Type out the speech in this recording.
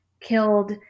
killed